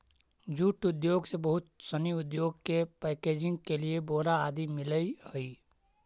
jute उद्योग से बहुत सनी उद्योग के पैकेजिंग के लिए बोरा आदि मिलऽ हइ